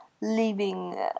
leaving